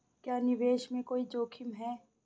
क्या निवेश में कोई जोखिम है?